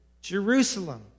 Jerusalem